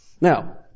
Now